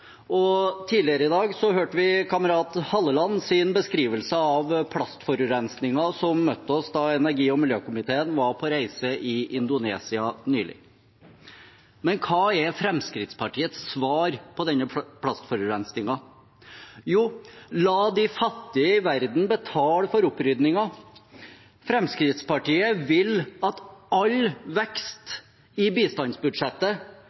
Tidligere i dag hørte vi kamerat Hallelands beskrivelse av plastforurensningen som møtte oss da energi- og miljøkomiteen var på reise i Indonesia nylig. Men hva er Fremskrittspartiets svar på denne plastforurensningen? Jo: La de fattige i verden betale for opprydningen. Fremskrittspartiet vil at all